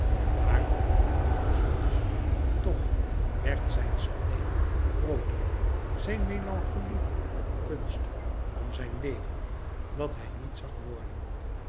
maar om parsondes toch werd zijn spleen grooter zijn melancholie om kunst om zijn leven dat hij niet zag worden